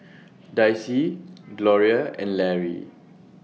Dicie Gloria and Lary